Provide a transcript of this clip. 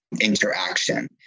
interaction